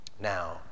Now